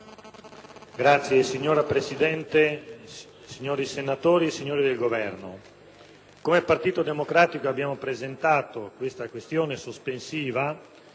*(PD)*. Signora Presidente, signori senatori, signori del Governo, come Partito Democratico abbiamo presentato tale questione sospensiva